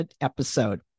episode